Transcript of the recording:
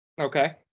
Okay